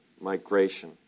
migration